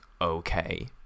okay